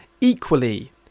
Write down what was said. equally